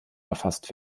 erfasst